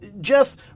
Jeff